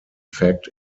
fact